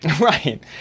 Right